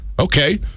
Okay